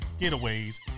getaways